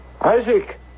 Isaac